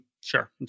Sure